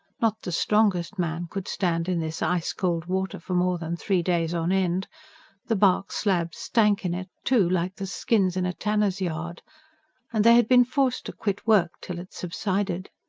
not the strongest man could stand in this ice-cold water for more than three days on end the bark slabs stank in it, too, like the skins in a tanner's yard and they had been forced to quit work till it subsided.